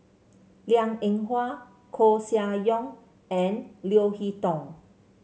Liang Eng Hwa Koeh Sia Yong and Leo Hee Tong